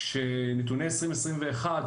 נתוני 2021,